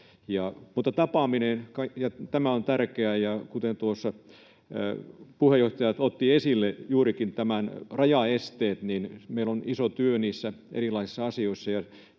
tapaaminen on tärkeää. Tuossa puheenjohtaja otti esille juurikin nämä rajaesteet, ja meillä on iso työ niissä erilaisissa asioissa,